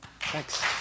Thanks